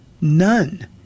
None